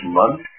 month